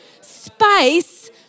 Space